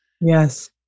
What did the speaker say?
yes